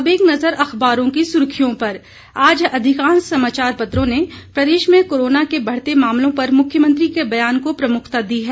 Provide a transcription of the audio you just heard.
अब एक नज़र अखबारों की सुर्खियों पर आज अधिकांश समाचार पत्रों ने प्रदेश में कोरोना के बढ़ते मामलों पर मुख्यमंत्री के बयान को प्रमुखता दी है